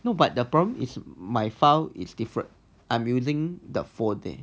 no but the problem is my file is different I'm using the phone leh